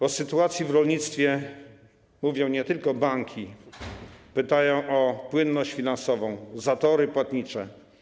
O sytuacji w rolnictwie mówią nie tylko banki, pytają o płynność finansową, zatory płatnicze.